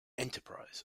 enterprise